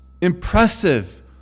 impressive